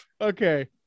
Okay